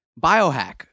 biohack